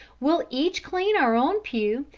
we'll each clean our own pew,